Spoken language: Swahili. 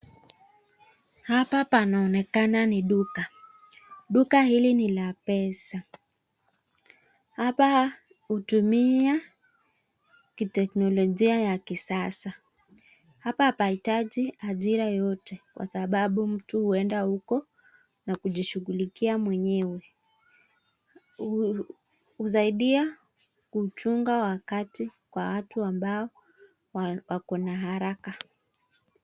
Hapa panaonekana ni duka duka hili ni la pesa. Hapa hutumia kiteknolojia ya kisasa hapa hapahitaji ajira yoyote kwa sababu mtu huenda huko na kujishughulikia mwenyewe. Husaidia kuchunga wakati kwa watu ambao wako na haraka.